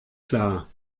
klar